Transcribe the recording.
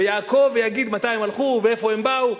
ויעקוב ויגיד מתי הם הלכו ולאיפה הם באו.